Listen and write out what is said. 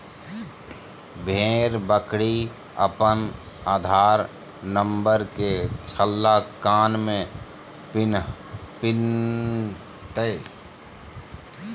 भेड़ बकरी अपन आधार नंबर के छल्ला कान में पिन्हतय